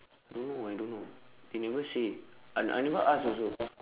I don't know I don't know they never say I I never ask also